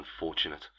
unfortunate